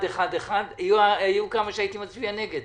היו כמה שהייתי מצביע נגד